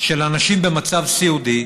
של אנשים במצב סיעודי,